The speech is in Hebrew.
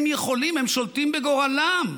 הם יכולים, הם שולטים בגורלם.